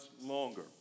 longer